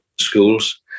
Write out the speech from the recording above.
schools